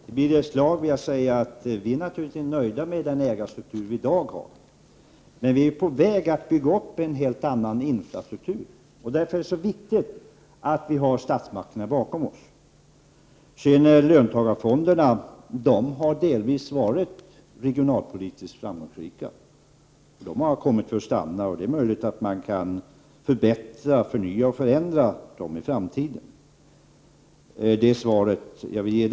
Herr talman! Till Birger Schlaug vill jag säga att vi naturligtvis inte är nöjda med den ägarstruktur vi har i dag. Men vi på väg att byggga upp en helt annan struktur, och därför är det viktigt att vi har statsmakterna bakom oss. Löntagarfonderna har delvis varit regionalpolitiskt framgångsrika. De har kommit för att stanna, och det är möjligt att man kan förbättra, förnya och förändra dem i framtiden. Det är det svar jag vill ge.